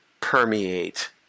permeate